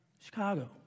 Chicago